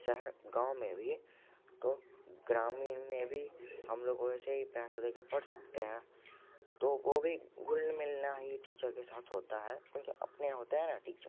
शहर गाँव में भी तो ग्रामीण में भी हम लोग वैसे ही पैसा दे के पढ़ सकते हैं तो वो भी घुल मिलना ही टीचर के साथ होता है उनके अपने होते हैना टीचर